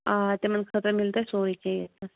آ تِمَن خٲطرٕ مِلہِ تۄہہِ سورُے کینٛہہ ییٚتہِ نَس